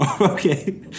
Okay